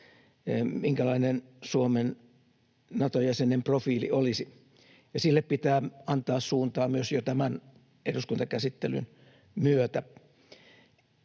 minkälainen Suomen Nato-jäsenen profiili olisi, ja sille pitää antaa suuntaa myös jo tämän eduskuntakäsittelyn myötä.